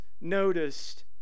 noticed